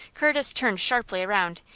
curtis turned sharply around,